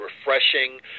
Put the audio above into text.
refreshing